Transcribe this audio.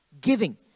Giving